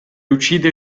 uccide